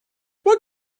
what